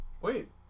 Wait